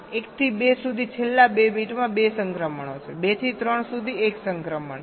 1 થી 2 સુધી છેલ્લા 2 બીટમાં 2 સંક્રમણો છે 2 થી 3 સુધી એક સંક્રમણ છે